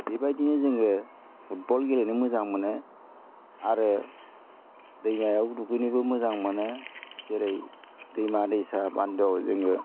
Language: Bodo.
बेबायदिनो जोङो फुटबल गेलेनो मोजां मोनो आरो दैमायाव दुगैनोबो मोजां मोनो जेरै दैमा दैसा बान्दोआव जोङो